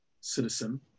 citizen